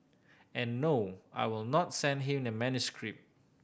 and no I will not send him the manuscript